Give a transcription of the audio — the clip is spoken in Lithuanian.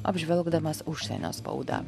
apžvelgdamas užsienio spaudą